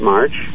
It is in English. March